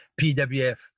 PWF